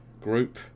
group